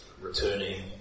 returning